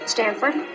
Stanford